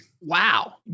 Wow